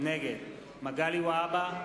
נגד מגלי והבה,